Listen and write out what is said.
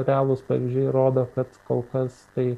realūs pavyzdžiai rodo kad kol kas tai